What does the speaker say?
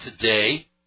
today